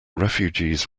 refugees